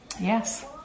Yes